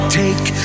take